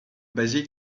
basic